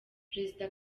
perezida